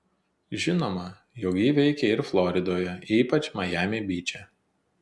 žinoma jog ji veikia ir floridoje ypač majami byče